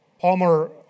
Palmer